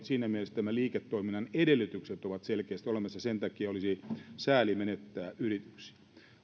siinä mielessä liiketoiminnan edellytykset ovat selkeästi olemassa ja sen takia olisi sääli menettää yrityksiä